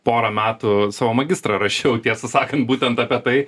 porą metų savo magistrą rašiau tiesą sakant būtent apie tai